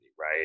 right